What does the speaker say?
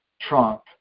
Trump